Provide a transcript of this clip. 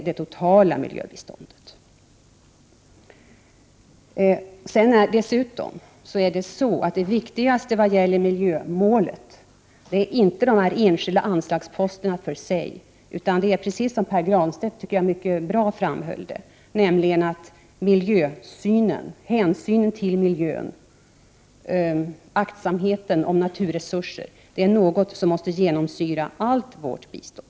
Det viktigaste när det gäller miljömålet är inte de enskilda anslagsposterna för sig, utan det är som Pär Granstedt mycket bra framhöll, miljösynen, hänsynen till miljön och aktsamheten om naturresurserna. Detta är någonting som måste genomsyra allt vårt bistånd.